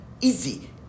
Easy